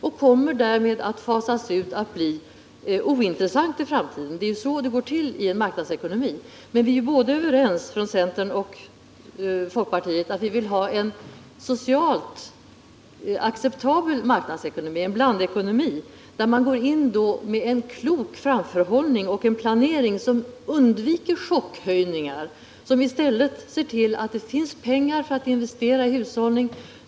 Därmed kommer den att bli ointressant för framtiden — det är så det går till i en marknadsekonomi. Centern och folkpartiet är överens om att vi skall ha en socialt acceptabel marknadsekonomi, en blandekonomi. Det innebär att vi skall ha en klok framförhållning och planering, att vi skall undvika chockhöjningar av priset och se till att det finns pengar att investera i hushållning.